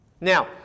Now